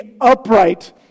upright